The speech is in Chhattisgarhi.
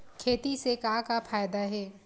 खेती से का का फ़ायदा हे?